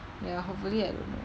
ya hopefully I don't know